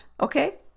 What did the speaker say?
okay